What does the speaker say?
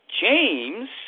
James